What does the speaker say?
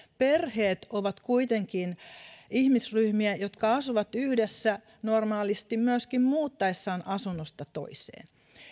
perheet ovat kuitenkin ihmisryhmiä jotka asuvat yhdessä normaalisti myöskin muuttaessaan asunnosta toiseen